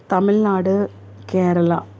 Tamil Nadu Kerala